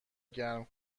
گرم